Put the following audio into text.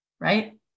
right